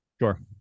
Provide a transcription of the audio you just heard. Sure